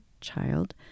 child